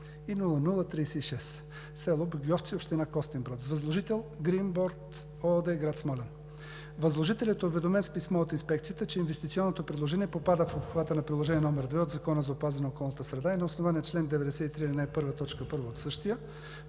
№ 0036 – село Богьовци, община Костинброд, с възложител „Гринборд“ ООД – град Смолян. Възложителят е уведомен с писмо от Инспекцията, че инвестиционното предложение попада в обхвата на Приложение № 2 от Закона за опазване на околната среда и на основание чл. 93, ал. 1, т. 1 от същия